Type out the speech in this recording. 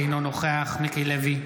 אינו נוכח מיקי לוי,